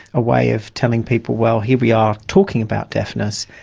a way of telling people, well, here we are talking about deafness,